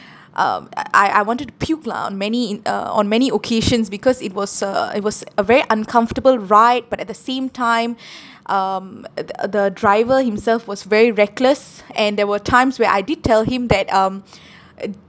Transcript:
um uh I I wanted to puke lah on many in uh on many occasions because it was a it was a very uncomfortable ride but at the same time um the uh the driver himself was very reckless and there were times where I did tell him that um